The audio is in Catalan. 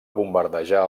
bombardejar